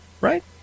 right